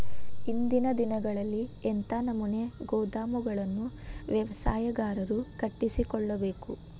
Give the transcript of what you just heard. ಇಂದಿನ ದಿನಗಳಲ್ಲಿ ಎಂಥ ನಮೂನೆ ಗೋದಾಮುಗಳನ್ನು ವ್ಯವಸಾಯಗಾರರು ಕಟ್ಟಿಸಿಕೊಳ್ಳಬೇಕು?